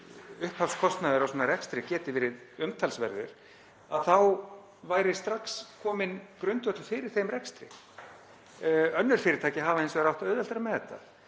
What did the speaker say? upphafskostnaður á svona rekstri geti verið umtalsverður, þá væri strax kominn grundvöllur fyrir þeim rekstri. Önnur fyrirtæki hafa hins vegar átt auðveldara með þetta,